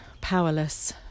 powerless